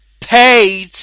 paid